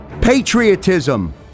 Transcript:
Patriotism